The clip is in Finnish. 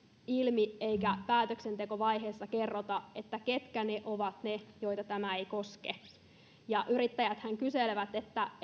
ilmi eikä päätöksentekovaiheessa kerrota ketkä ovat ne joita tämä ei koske yrittäjäthän kyselevät